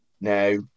Now